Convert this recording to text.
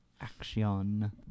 Action